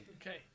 Okay